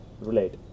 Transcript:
relate